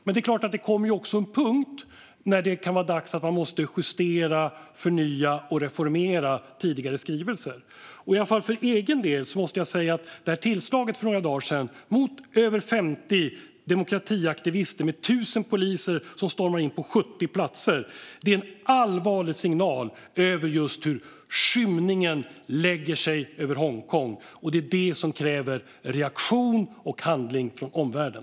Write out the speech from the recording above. Men det är klart att man kommer till en punkt då man måste justera, förnya och reformera tidigare skrivelser, och i alla fall för egen del måste jag säga att tillslaget för några dagar sedan mot över 50 demokratiaktivister, med 1 000 poliser som stormade in på 70 platser, är ett allvarligt tecken på hur skymningen lägger sig över Hongkong. Det är det som kräver reaktion och handling från omvärlden.